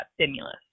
stimulus